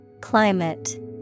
Climate